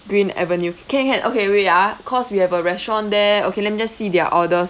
green avenue can can okay wait ah cause we have a restaurant there okay let me just see their orders